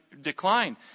decline